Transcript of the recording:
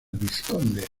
vizconde